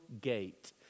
gate